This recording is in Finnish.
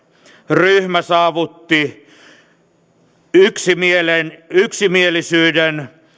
ryhmä saavutti yksimielisyyden yksimielisyyden